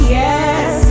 yes